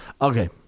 Okay